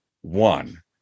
one